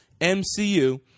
MCU